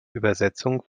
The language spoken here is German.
übersetzung